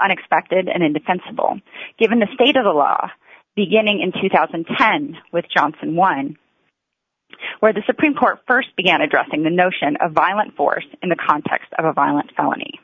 unexpected and indefensible given the state of the law beginning in two thousand and ten with johnson one where the supreme court st began addressing the notion of violent force in the context of a violent felony